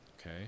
Okay